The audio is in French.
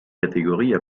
catégories